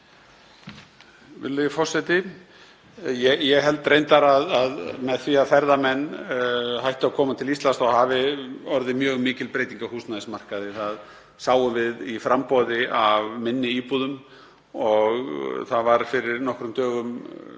Virðulegi forseti. Ég held reyndar að með því að ferðamenn hættu að koma til Íslands hafi orðið mjög mikil breyting á húsnæðismarkaði. Það sáum við í framboði af minni íbúðum. Fyrir örfáum dögum las